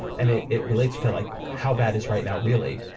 and it it relates to like how bad is right now really,